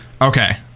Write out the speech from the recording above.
Okay